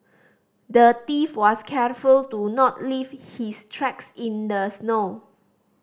the thief was careful to not leave his tracks in the snow